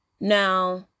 Now